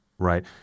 right